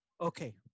Okay